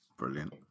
Brilliant